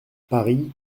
paris